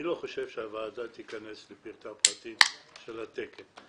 הוועדה לא תיכנס לפרטי הפרטים של התקן.